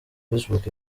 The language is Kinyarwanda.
facebook